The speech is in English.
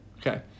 Okay